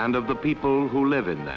and of the people who live in